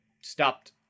stopped